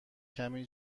کمی